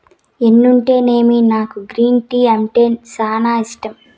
ఎన్నుంటేమి నాకు green tea అంటే సానా ఇష్టం